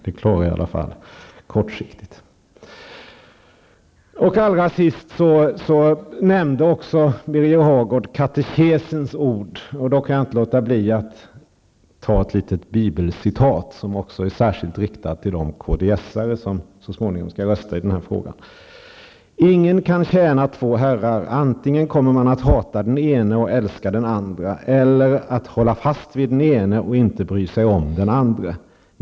Det klarar jag i alla fall kortsiktigt. Allra sist nämnde Birger Hagård katekesens ord, och då kan jag inte låta bli att ta ett litet bibelcitat. Det är bl.a. riktat till de kristdemokrater som så småningom skall rösta i den här frågan: ''Ingen kan tjäna två herrar. Antingen kommer han att hata den ene och älska den andre eller att hålla fast vid den ene och inte bry sig om den andre.